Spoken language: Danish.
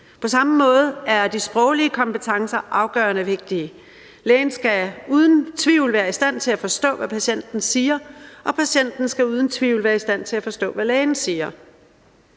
På samme måde er de sproglige kompetencer afgørende vigtige. Lægen skal uden tvivl være i stand til at forstå, hvad patienten siger, og patienten skal uden tvivl være i stand til at forstå, hvad lægen siger.